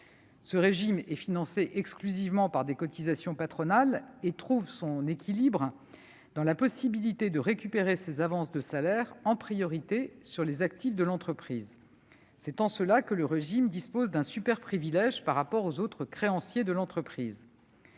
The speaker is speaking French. Il est financé exclusivement par des cotisations patronales et trouve son équilibre dans la possibilité de récupérer ces avances de salaires en priorité sur les actifs de l'entreprise. Ainsi, il dispose d'un superprivilège par rapport aux autres créanciers de l'entreprise.